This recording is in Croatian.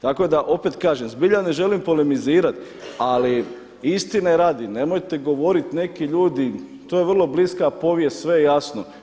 Tako da opet kažem, zbilja ne želim polemizirati, ali istine radi nemojte govoriti neki ljudi, to je vrlo bliska povijest, sve je jasno.